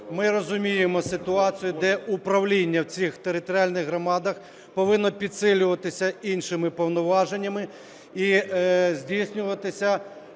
ми розуміємо ситуацію, де управління в цих територіальних громадах повинно підсилюватися іншими повноваженнями і здійснюватися